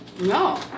No